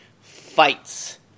fights